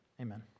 amen